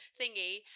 thingy